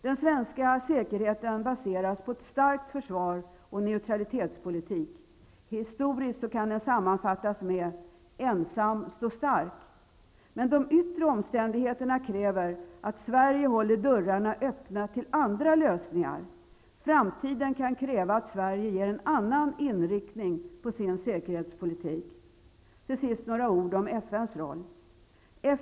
Den svenska säkerheten baseras på ett starkt försvar och en neutralitetspolitik. Historiskt kan den sammanfattas med: ''Ensam står stark''. De yttre omständigheterna kräver emellertid att Sverige håller dörrarna öppna för andra lösningar. Framtiden kan kräva att en annan inriktning på Till sist några ord om FN:s roll.